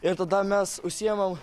ir tada mes užsiemam